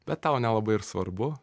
bet tau nelabai ir svarbu